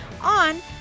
on